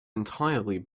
entirely